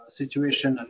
situation